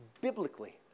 biblically